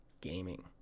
gaming